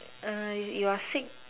you're sick